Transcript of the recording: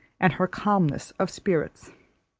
and her calmness of spirits.